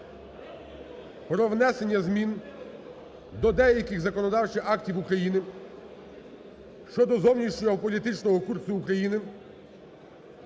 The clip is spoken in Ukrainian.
про внесення змін до деяких законодавчих актів України (щодо зовнішньополітичного курсу України)